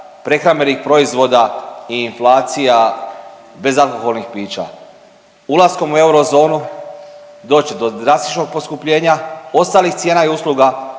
prehrambenih proizvoda i inflacija bezalkoholnih pića. Ulaskom u eurozonu doći će do drastičnog poskupljenja ostalih cijena i usluga,